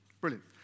Brilliant